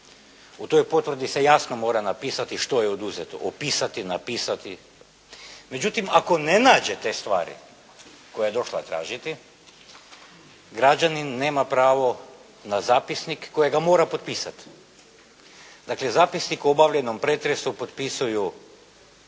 U toj potvrdi se jasno mora napisati što je oduzeto. Opisati, napisati. Međutim, ako ne nađe te stvari koje je došla tražiti, građanin nema pravo na zapisnik kojega mora potpisati. Dakle, zapisnik o obavljenom pretresu potpisuju